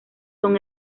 son